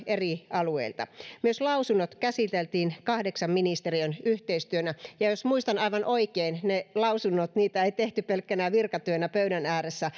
eri alueilta myös lausunnot käsiteltiin kahdeksan ministeriön yhteistyönä ja ja jos muistan aivan oikein ne lausunnot niitä ei tehty pelkkänä virkatyönä pöydän ääressä